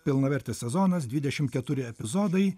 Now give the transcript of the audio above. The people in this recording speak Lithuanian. pilnavertis sezonas dvidešim keturi epizodai